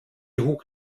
hoch